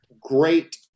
Great